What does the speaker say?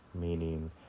Meaning